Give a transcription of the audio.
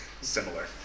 Similar